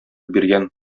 биргән